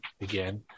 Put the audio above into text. again